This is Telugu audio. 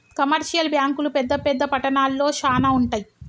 కమర్షియల్ బ్యాంకులు పెద్ద పెద్ద పట్టణాల్లో శానా ఉంటయ్